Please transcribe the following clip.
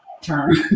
term